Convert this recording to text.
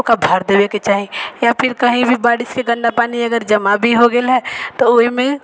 ओकर भर देबे के चाही या फिर कही भी बारिश के गन्दा पानि अगर जमा भी हो गेल है तऽ ओहिमे